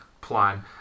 plan